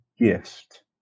gift